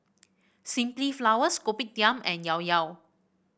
Simply Flowers Kopitiam and Llao Llao